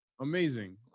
amazing